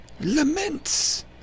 laments